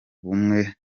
bumwe